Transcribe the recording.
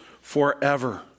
forever